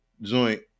joint